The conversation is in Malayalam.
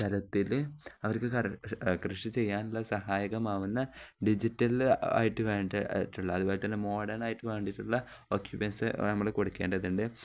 സ്ഥലത്തില് അവർക്കു കൃഷി ചെയ്യാനുള്ള സഹായകമാവുന്ന ഡിജിറ്റൽ ആയിട്ടു വേണ്ട ആയിട്ടുള്ള അതുപോലെ തന്നെ മോഡേണായിട്ട് വേണ്ടിയിട്ടുള്ള ഒക്യൂപ്യൻസ് നമ്മള് കൊടുക്കേണ്ടതുണ്ട്